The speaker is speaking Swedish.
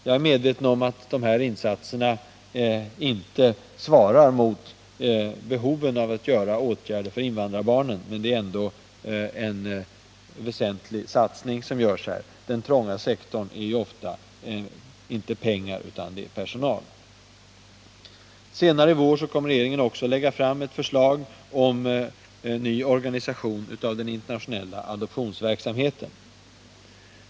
Jag är medveten om att dessa insatser inte svarar mot behoven av åtgärder för invandrarbarnen, men det är en väsentlig satsning som görs. Ofta är den trånga sektorn inte pengar utan personal. Senare i vår kommer regeringen också att lägga fram ett förslag om ny organisation av den internationella adoptionsverksamheten.